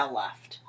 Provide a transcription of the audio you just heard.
left